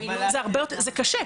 זה קשה,